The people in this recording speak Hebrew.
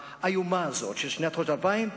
האיומה הזאת של תחילת שנות האלפיים,